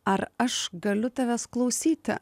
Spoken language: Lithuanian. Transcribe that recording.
ar aš galiu tavęs klausyti